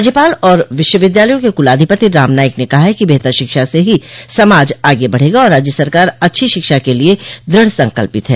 राज्यपाल और विश्वविद्यालयों के कुलाधिपति राम नाईक ने कहा है कि बेहतर शिक्षा से ही समाज आगे बढ़ेगा और राज्य सरकार अच्छी शिक्षा के लिए दृढ़ संकल्पित है